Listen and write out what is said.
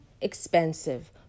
expensive